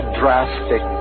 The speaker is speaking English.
drastic